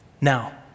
now